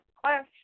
class